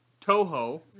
Toho